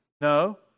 no